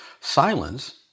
silence